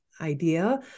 idea